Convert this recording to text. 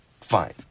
fine